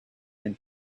and